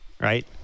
right